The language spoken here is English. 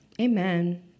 Amen